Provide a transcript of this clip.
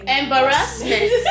embarrassment